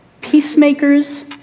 Peacemakers